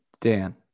Dan